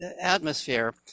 atmosphere